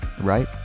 right